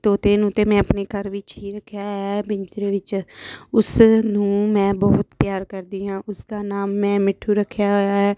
ਤੋਤੇ ਨੂੰ ਤਾਂ ਮੈਂ ਆਪਣੇ ਘਰ ਵਿੱਚ ਹੀ ਰੱਖਿਆ ਹੋਇਆ ਹੈ ਪਿੰਜਰੇ ਵਿੱਚ ਉਸ ਨੂੰ ਮੈਂ ਬਹੁਤ ਪਿਆਰ ਕਰਦੀ ਹਾਂ ਉਸਦਾ ਨਾਮ ਮੈਂ ਮਿੱਠੂ ਰੱਖਿਆ ਹੋਇਆ ਹੈ